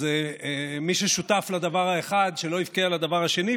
אז מי ששותף לדבר האחד, שלא יבכה על הדבר השני.